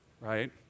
right